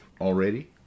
already